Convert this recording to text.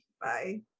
Bye